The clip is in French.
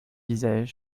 disais